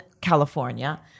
California